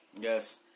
Yes